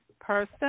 person